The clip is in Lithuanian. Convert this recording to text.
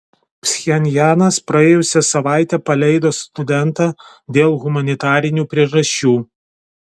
pchenjanas praėjusią savaitę paleido studentą dėl humanitarinių priežasčių